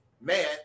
man